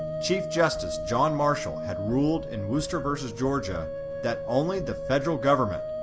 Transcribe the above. chief justice john marshall had ruled in worcester v. georgia that only the federal government,